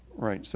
right. so